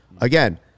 Again